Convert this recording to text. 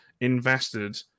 invested